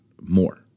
more